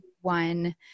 one